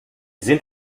sind